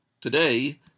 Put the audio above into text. Today